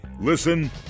Listen